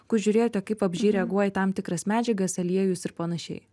kur žiūrėjote kaip vabzdžiai reaguoja į tam tikras medžiagas aliejus ir panašiai